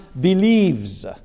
believes